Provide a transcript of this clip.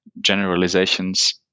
generalizations